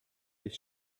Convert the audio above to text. his